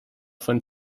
von